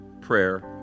prayer